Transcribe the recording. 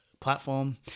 platform